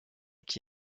qui